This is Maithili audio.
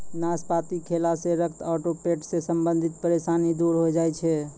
नाशपाती खैला सॅ रक्त आरो पेट सॅ संबंधित परेशानी दूर होय जाय छै